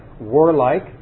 warlike